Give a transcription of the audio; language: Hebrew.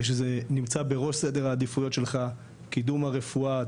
שזה נמצא בראש סדר העדיפויות שלך קידום הרפואה,